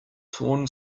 torn